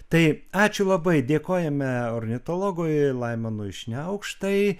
taip ačiū labai dėkojame ornitologui laimonui šniaukštai